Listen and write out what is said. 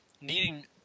needing